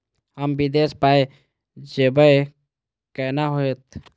हम विदेश पाय भेजब कैना होते?